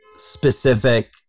specific